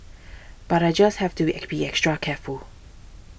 but I just have to be be extra careful